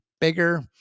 bigger